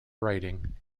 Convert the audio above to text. writing